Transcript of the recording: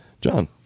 John